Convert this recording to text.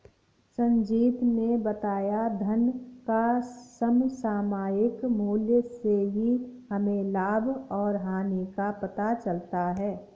संजीत ने बताया धन का समसामयिक मूल्य से ही हमें लाभ और हानि का पता चलता है